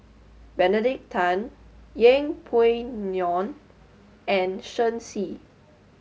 Benedict Tan Yeng Pway Ngon and Shen Xi